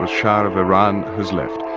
the shah of iran has left.